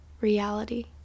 reality